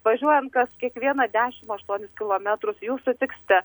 važiuojant kas kiekvieną dešim aštuonis kilometrus jūs sutiksite